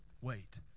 wait